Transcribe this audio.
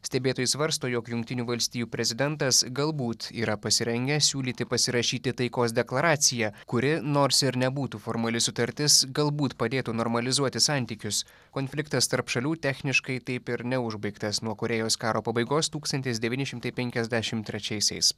stebėtojai svarsto jog jungtinių valstijų prezidentas galbūt yra pasirengęs siūlyti pasirašyti taikos deklaraciją kuri nors ir nebūtų formali sutartis galbūt padėtų normalizuoti santykius konfliktas tarp šalių techniškai taip ir neužbaigtas nuo korėjos karo pabaigos tūkstantis devyni šimtai penkiasdešimt trečiaisiais